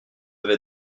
vais